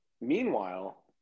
meanwhile